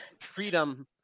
freedom